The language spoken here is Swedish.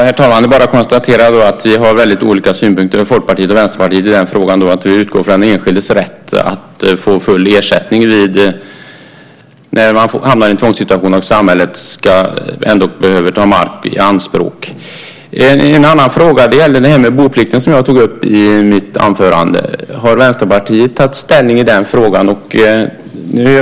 Herr talman! Jag bara konstaterar att vi har väldigt olika synpunkter, Folkpartiet och Vänsterpartiet, i den frågan. Vi utgår från den enskildes rätt att få full ersättning när man hamnar i en tvångssituation och samhället ändå behöver ta mark i anspråk. En annan fråga gäller det här med boplikten, som jag tog upp i mitt anförande. Har Vänsterpartiet tagit ställning till den frågan?